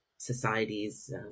societies